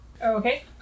okay